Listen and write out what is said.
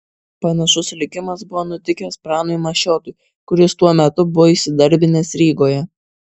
panašus likimas buvo nutikęs pranui mašiotui kuris tuo metu buvo įsidarbinęs rygoje